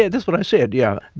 yeah that's what i said, yeah.